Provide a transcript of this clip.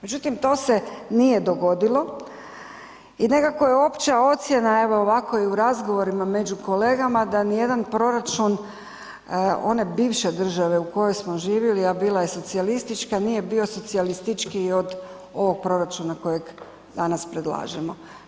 Međutim to se nije dogodilo i nekako je opća ocjena evo ovako i u razgovorima među kolegama da nijedan proračun one bivše države u kojoj smo živjeli a bila je socijalistička, nije socijalističkiji od ovog proračuna kojeg danas predlažemo.